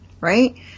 right